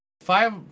Five